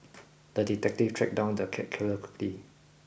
the detective tracked down the cat killer quickly